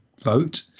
vote